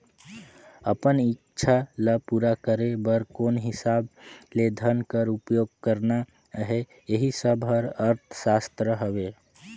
अपन इक्छा ल पूरा करे बर कोन हिसाब ले धन कर उपयोग करना अहे एही सब हर अर्थसास्त्र हवे